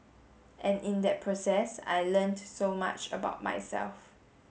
and in that process I learnt so much about myself